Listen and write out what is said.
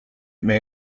may